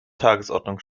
tagesordnung